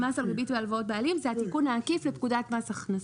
המס על ריבית הלוואות בעלים זה התיקון העקיף לפקודת מס הכנסה.